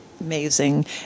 Amazing